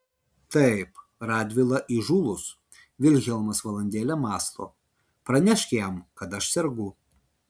taip radvila įžūlus vilhelmas valandėlę mąsto pranešk jam kad aš sergu